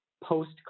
post